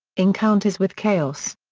encounters with chaos.